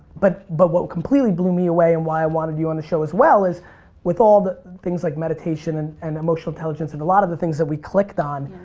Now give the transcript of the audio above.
but but what completely blew me away and why i wanted you on the show as well is with all the things like meditation and and emotional intelligence and a lot of the things that we clicked on